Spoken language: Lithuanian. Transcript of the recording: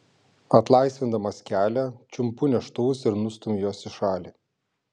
atlaisvindamas kelią čiumpu neštuvus ir nustumiu juos į šalį